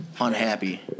unhappy